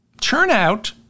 Turnout